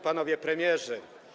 Panowie Premierzy!